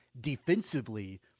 defensively